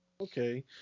Okay